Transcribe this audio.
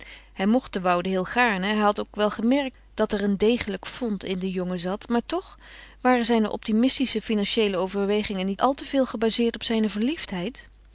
hij mocht de woude heel gaarne hij had ook wel gemerkt dat er een degelijk fond in den jongen zat maar toch waren zijne optimistische financiëele overwegingen niet al te veel gebazeerd op zijne verliefdheid